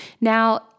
Now